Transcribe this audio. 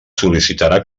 sol·licitarà